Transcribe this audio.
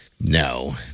No